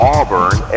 Auburn